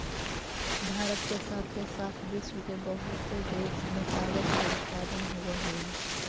भारत के साथे साथ विश्व के बहुते देश में कागज के उत्पादन होवऽ हई